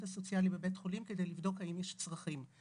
הסוציאלי בבית החולים כדי לבדוק האם יש צרכים.